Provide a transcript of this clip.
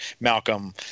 Malcolm